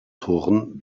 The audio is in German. toren